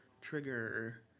trigger